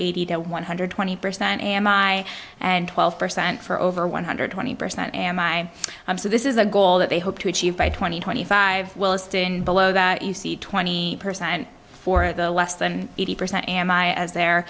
eighty to one hundred twenty percent am i and twelve percent for over one hundred twenty percent am i i'm so this is a goal that they hope to achieve by twenty twenty five we'll astin below that you see twenty per cent for the less than eighty percent am i as their